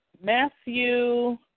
Matthew